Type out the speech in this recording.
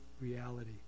reality